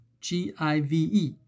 G-I-V-E